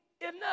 enough